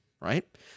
right